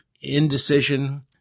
indecision